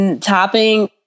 Topping